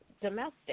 domestic